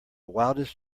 wildest